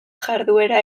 jarduera